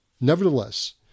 Nevertheless